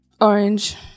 orange